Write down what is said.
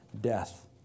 death